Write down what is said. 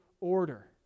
order